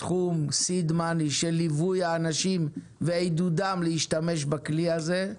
סכום Seed Money של ליווי האנשים ועידודם להשתמש בכלי הזה.